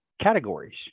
categories